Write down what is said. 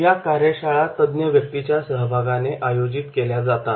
या कार्यशाळा तज्ञ व्यक्तींच्या सहभागाने आयोजित केल्या जातात